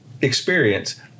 experience